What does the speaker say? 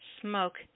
smoke